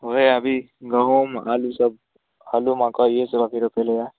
ओहे अभी गहुँम आलू सब आलू मकै ई सब अभी रोपेलै यऽ